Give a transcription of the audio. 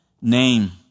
name